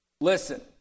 Listen